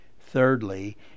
Thirdly